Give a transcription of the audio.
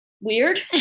weird